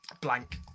blank